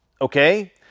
okay